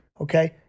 Okay